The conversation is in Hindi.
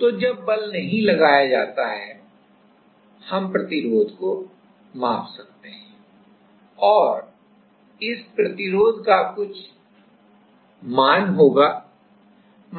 तो जब बल नहीं लगाया जाता है हम प्रतिरोध को माप सकते हैं और इस प्रतिरोध का कुछ मूल्य होगा